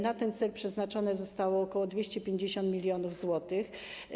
Na ten cel przeznaczone zostało ok. 250 mln zł.